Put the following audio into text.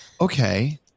okay